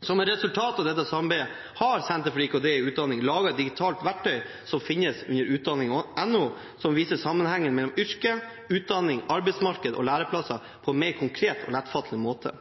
Som et resultat av dette samarbeidet har Senter for IKT i utdanningen laget et digitalt verktøy som finnes under utdanning.no, som viser sammenhengen mellom yrke, utdanning, arbeidsmarked og læreplasser på en mer konkret og lettfattelig måte.